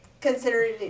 considering